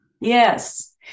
Yes